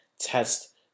test